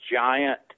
giant